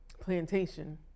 Plantation